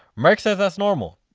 merk says that's normal.